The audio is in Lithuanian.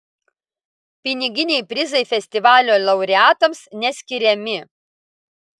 piniginiai prizai festivalio laureatams neskiriami